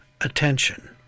attention